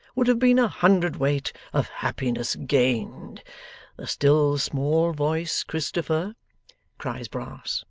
would have been a hundredweight of happiness gained. the still small voice, christopher cries brass,